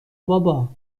بابا